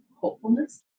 hopefulness